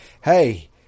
hey